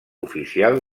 oficial